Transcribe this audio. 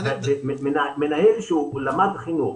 מנהל שהוא למד חינוך,